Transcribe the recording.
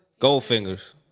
Goldfingers